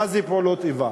מה זה פעולות איבה.